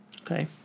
Okay